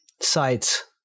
sites